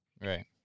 Right